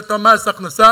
ואת מס ההכנסה,